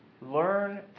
learn